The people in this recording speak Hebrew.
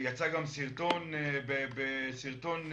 יצא גם סרטון בערבית